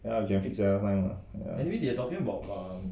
and I wish you have examined lah anyway they are talking about